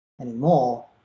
anymore